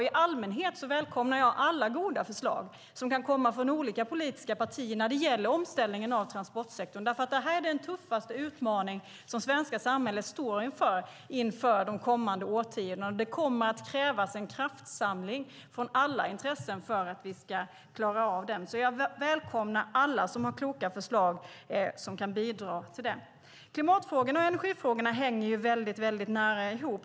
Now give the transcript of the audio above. I allmänhet välkomnar jag alla goda förslag som kan komma från olika politiska partier när det gäller omställningen av transportsektorn. Det här är den tuffaste utmaning som det svenska samhället står inför under de kommande årtiondena. Det kommer att krävas en kraftsamling från alla intressen för att vi ska klara av den. Jag välkomnar alltså alla kloka förslag när det gäller detta. Klimatfrågorna och energifrågorna hänger nära ihop.